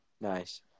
Nice